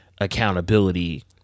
accountability